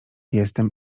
jestem